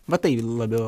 va tai labiau